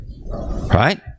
Right